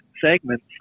segments